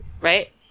Right